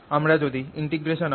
আমরা যদি sinθ' cosՓ'